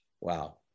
Wow